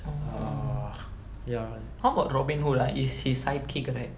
uh how about robin hood ah it's his sidekick right